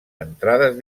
entrades